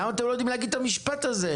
למה אתם לא יודעים להגיד את המשפט הזה?